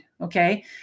okay